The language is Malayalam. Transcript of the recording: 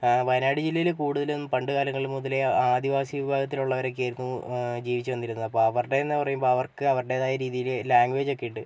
വയനാട് ജില്ലയിൽ കൂടുതലും പണ്ട് കാലങ്ങൾ മുതലേ ആദിവാസി വിഭാഗത്തിലുള്ളവരൊക്കെയായിരുന്നു ജീവിച്ച് വന്നിരുന്നത് അപ്പോൾ അവർടെന്ന് പറയുമ്പോൾ അവർക്ക് അവരുടേതായ രീതിയിൽ ലാംഗ്വേജ് ഒക്കെ ഉണ്ട്